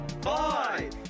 five